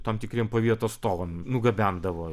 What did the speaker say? tam tikriem pavieto atstovam nugabendavo